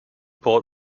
port